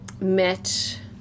met